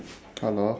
hello